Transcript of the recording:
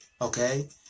okay